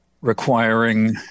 requiring